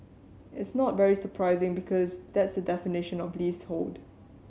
it's not very surprising because that's the definition of leasehold